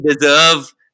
deserve